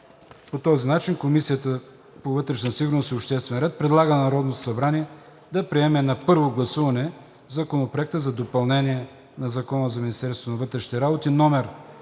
По този начин Комисията по вътрешна сигурност и обществен ред предлага на Народното събрание да приеме на първо гласуване Законопроект за допълнение на Закона за Министерството на вътрешните работи,